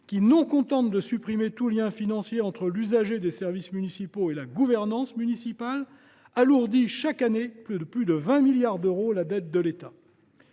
qui, non contente de supprimer tout lien financier entre l’usager des services municipaux et la gouvernance municipale, alourdit chaque année de plus de 20 milliards d’euros la dette de l’État.